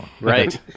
right